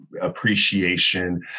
appreciation